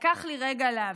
לקח לי רגע להבין,